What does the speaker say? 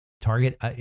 Target